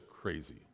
crazy